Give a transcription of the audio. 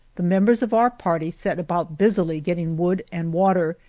the members of our party set about busily getting wood and water,